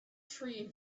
tree